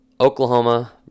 Oklahoma